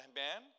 man